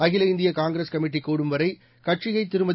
அகில இந்திய காங்கிரஸ் கமிட்டி கூடும்வரை கட்சியை திருமதி